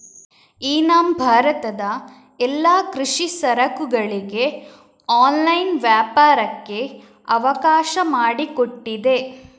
E NAM ಭಾರತದ ಎಲ್ಲಾ ಕೃಷಿ ಸರಕುಗಳಿಗೆ ಆನ್ಲೈನ್ ವ್ಯಾಪಾರಕ್ಕೆ ಅವಕಾಶ ಮಾಡಿಕೊಟ್ಟಿದೆ